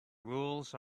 rules